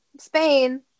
Spain